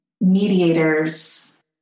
mediators